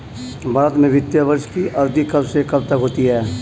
भारत में वित्तीय वर्ष की अवधि कब से कब तक होती है?